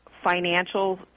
Financial